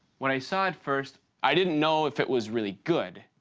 when i saw it first, i didn't know if it was really good.